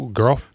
girl